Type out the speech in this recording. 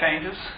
changes